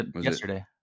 Yesterday